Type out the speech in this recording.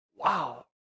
Wow